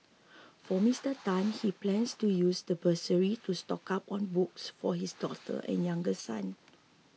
for Mister Tan he plans to use the bursary to stock up on books for his daughter and younger son